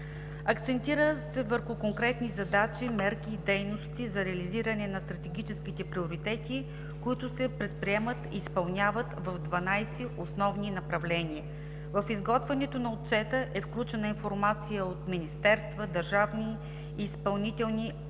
Акцентира се върху конкретни задачи, мерки и дейности за реализиране на стратегическите приоритети, които се предприемат и изпълняват в 12 основни направления. В изготвянето на Отчета е включена информация от министерства, държавни и изпълнителни агенции,